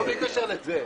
לא בקשר לזה.